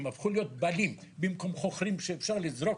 הם הפכו להיות בעלים במקום חוכרים שאפשר לזרוק